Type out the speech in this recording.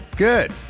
good